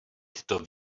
tyto